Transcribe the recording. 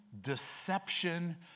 deception